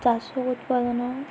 ଚାଷ ଉତ୍ପାଦନ